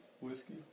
whiskey